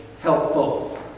helpful